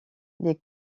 les